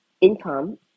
income